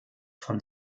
von